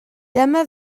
dyma